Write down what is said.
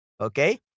okay